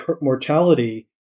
mortality